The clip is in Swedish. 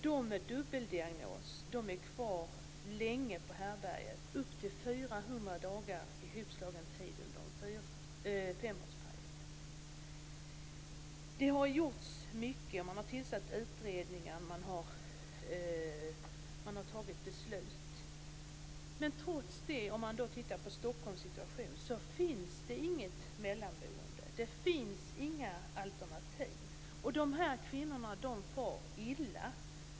De med dubbeldiagnos är kvar länge på härbärget, upp till 400 Det har gjorts mycket. Man har tillsatt utredningar. Man har fattat beslut. Men om man tittar på situationen i Stockholm kan man trots detta se att det inte finns något mellanboende. Det finns inga alternativ. De här kvinnorna far illa.